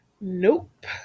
Nope